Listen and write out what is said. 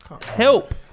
Help